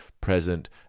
present